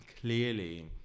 Clearly